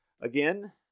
again